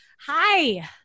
Hi